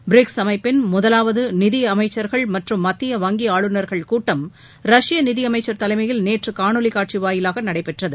BRICS அமைப்பின் முதலாவது நிதியமைச்சர்கள் மற்றும் மத்திய வங்கி ஆளுநர்கள் கூட்டம் ரஷ்ய நிதியமைச்சர் தலைமையில் நேற்று காணொலி காட்சி வாயிலாக நடைபெற்றது